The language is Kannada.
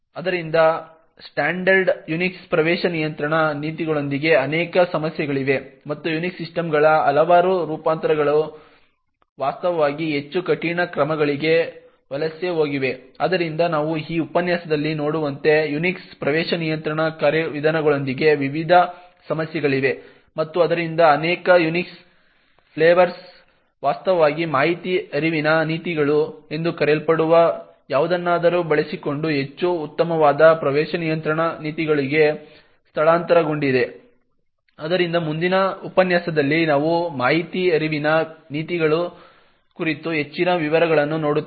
ಆದ್ದರಿಂದ ಸ್ಟ್ಯಾಂಡರ್ಡ್ Unix ಪ್ರವೇಶ ನಿಯಂತ್ರಣ ನೀತಿಗಳೊಂದಿಗೆ ಅನೇಕ ಸಮಸ್ಯೆಗಳಿವೆ ಮತ್ತು Unix ಸಿಸ್ಟಮ್ಗಳ ಹಲವಾರು ರೂಪಾಂತರಗಳು ವಾಸ್ತವವಾಗಿ ಹೆಚ್ಚು ಕಠಿಣ ಕ್ರಮಗಳಿಗೆ ವಲಸೆ ಹೋಗಿವೆ ಆದ್ದರಿಂದ ನಾವು ಈ ಉಪನ್ಯಾಸದಲ್ಲಿ ನೋಡುವಂತೆ Unix ಪ್ರವೇಶ ನಿಯಂತ್ರಣ ಕಾರ್ಯವಿಧಾನಗಳೊಂದಿಗೆ ವಿವಿಧ ಸಮಸ್ಯೆಗಳಿವೆ ಮತ್ತು ಆದ್ದರಿಂದ ಅನೇಕ Unix ಫ್ಲೇವರ್ಸ್ ವಾಸ್ತವವಾಗಿ ಮಾಹಿತಿ ಹರಿವಿನ ನೀತಿಗಳು ಎಂದು ಕರೆಯಲ್ಪಡುವ ಯಾವುದನ್ನಾದರೂ ಬಳಸಿಕೊಂಡು ಹೆಚ್ಚು ಉತ್ತಮವಾದ ಪ್ರವೇಶ ನಿಯಂತ್ರಣ ನೀತಿಗಳಿಗೆ ಸ್ಥಳಾಂತರಗೊಂಡಿದೆ ಆದ್ದರಿಂದ ಮುಂದಿನ ಉಪನ್ಯಾಸದಲ್ಲಿ ನಾವು ಮಾಹಿತಿ ಹರಿವಿನ ನೀತಿಗಳ ಕುರಿತು ಹೆಚ್ಚಿನ ವಿವರಗಳನ್ನು ನೋಡುತ್ತೇವೆ